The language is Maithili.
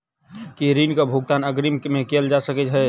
की ऋण कऽ भुगतान अग्रिम मे कैल जा सकै हय?